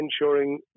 ensuring